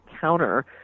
counter